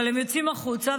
אבל הן יוצאות החוצה,